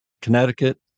Connecticut